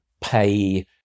pay